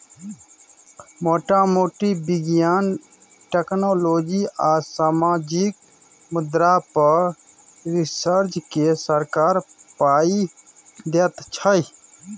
मोटा मोटी बिज्ञान, टेक्नोलॉजी आ सामाजिक मुद्दा पर रिसर्च केँ सरकार पाइ दैत छै